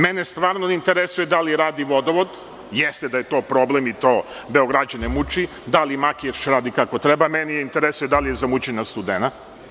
Mene stvarno ne interesuje da li radi vodovod, jeste da je to problem i to Beograđane muči, da li Makiš radi kako treba, mene interesuje da li je zamućena Studena.